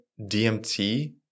DMT